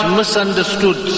misunderstood